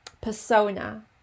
persona